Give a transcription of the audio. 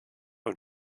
und